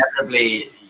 inevitably